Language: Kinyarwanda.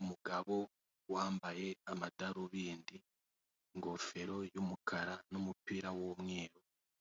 Umugabo wambaye amadarubindi, ingofero y'umukara n'umupira w'umweru,